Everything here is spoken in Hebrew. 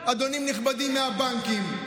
אדונים נכבדים מהבנקים,